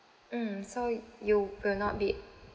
mm so you will not be